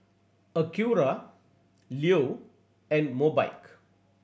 Acura Leo and Mobike